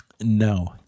No